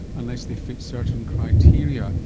unless they fit certain criteria.